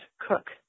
cook